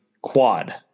quad